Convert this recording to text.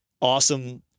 awesome